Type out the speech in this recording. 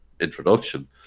introduction